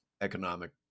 economic